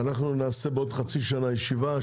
נקיים בעוד חצי שנה ישיבה.